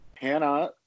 Hannah